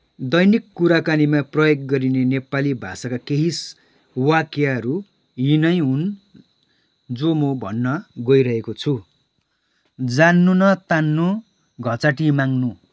दैनिक कुराकानीमा प्रयोग गरिने नेपाली भाषाका केही वाक्यहरू यिनै हुन जो म भन्न गइरहेको छु जान्नु न तान्नु घचेटि माग्नु